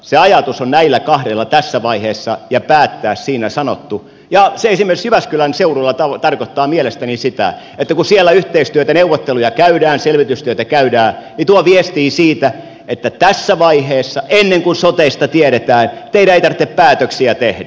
se ajatus on näillä kahdella tässä vaiheessa ja päättää sanottu ja se esimerkiksi jyväskylän seudulla tarkoittaa mielestäni sitä viestii siitä että kun siellä yhteistyötä tehdään neuvotteluja käydään selvitystyötä käydään niin tässä vaiheessa ennen kuin sotesta tiedetään teidän ei tarvitse päätöksiä tehdä